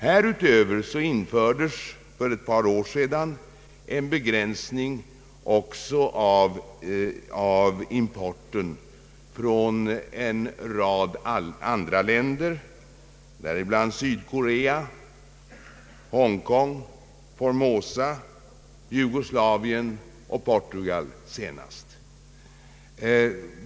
Härutöver infördes för ett par år sedan en begränsning av importen även från en rad andra länder, däribland Sydkorea, kronkolonin Hongkong, Formosa, Jugoslavien och senast Portugal.